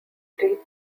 three